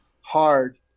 hard